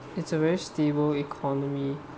it's a very stable economy